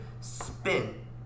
spin